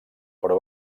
però